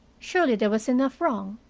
surely there was enough wrong,